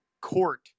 Court